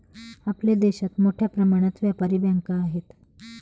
आपल्या देशात मोठ्या प्रमाणात व्यापारी बँका आहेत